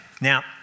Now